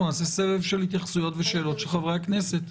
נעשה סבב של התייחסויות ושאלות של חברי הכנסת.